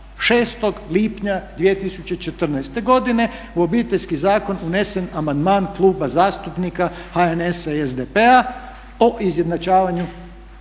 6 lipnja 2014. godine u Obiteljski zakon unesen amandman Kluba zastupnika HNS-a i SDP-a o izjednačavanju